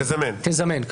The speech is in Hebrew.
לזמן.